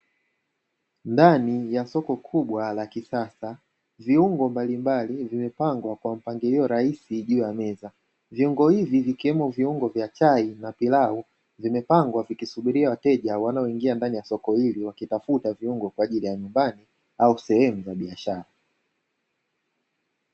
Ndani ya soko kubwa la kisasa viungo mbalimbali vimepangwa kwa mpangilio rahisi juu ya meza, viungo hivi vikiwemo viungo vya chai na pilau vimepangwa vikisubiria wateja wanaoingia ndani ya soko hili wakitafuta viungo kwa ajili ya nyumbani au sehemu za biashara.